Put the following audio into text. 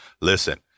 listen